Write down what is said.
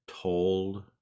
told